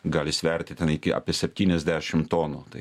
gali sverti ten iki apie septyniasdešim tonų tai